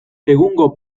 egungo